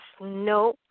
no